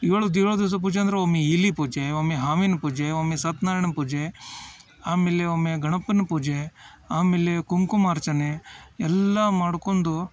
ಏಳು ಏಳು ದಿವಸ ಪೂಜೆ ಅಂದ್ರೆ ಒಮ್ಮೆ ಇಲ್ಲಿ ಪೂಜೆ ಒಮ್ಮೆ ಹಾವಿನ ಪೂಜೆ ಒಮ್ಮೆ ಸತ್ನಾರಾಯಣ ಪೂಜೆ ಆಮೇಲೆ ಒಮ್ಮೆ ಗಣಪನ ಪೂಜೆ ಆಮೇಲೆ ಕುಂಕುಮಾರ್ಚನೆ ಎಲ್ಲಾ ಮಾಡ್ಕೊಂದು